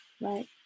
Right